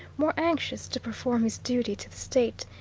more anxious to perform his duty to the state,